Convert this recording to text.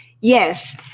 yes